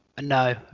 no